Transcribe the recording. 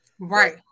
right